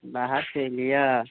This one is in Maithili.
बाहरसँ अइलिय